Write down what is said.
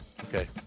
Okay